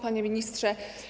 Panie Ministrze!